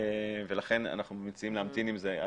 ולכן אנחנו מציעים להמתין עם זה.